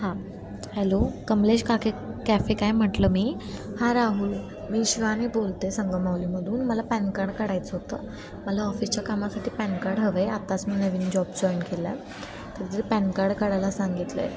हां हॅलो कमलेश काके कॅफे काय म्हटलं मी हां राहुल मी शिवानी बोलते संगम माहुलीमधून मला पॅन कार्ड काढायचं होतं मला ऑफिसच्या कामासाठी पॅन कार्ड हवं आहे आत्ताच मी नवीन जॉब जॉईन केला आहे तर तिथे पॅन कार्ड काढायला सांगितलं आहे